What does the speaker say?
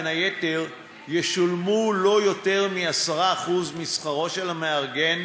בין היתר לא ישולמו יותר מ10% משכרו של המארגן